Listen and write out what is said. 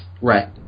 right